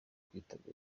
kwitabira